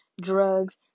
drugs